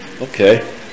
Okay